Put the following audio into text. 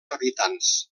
habitants